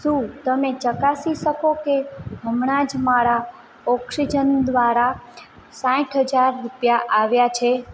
શું તમે ચકાસી શકો કે હમણાં જ મારા ઓક્સિજન દ્વારા સાઠ હજાર રુપિયા આવ્યા છે